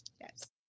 Yes